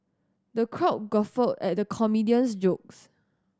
the crowd guffawed at the comedian's jokes